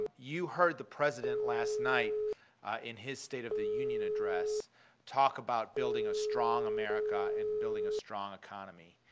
you heard the president last night in his state of the union address talk about building a strong america and building a strong economy.